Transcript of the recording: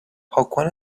پاکن